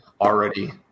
already